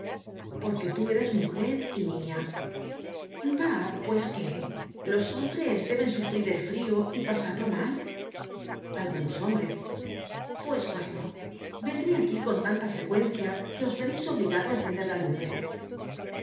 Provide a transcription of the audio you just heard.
porque tú eres mujer y niña bah pues qué los hombres deben sufrir el frio y pasarlo mal algunos hombres pues bueno vendré aquí con tanta frecuencia que os vereis obligado á encender lumbre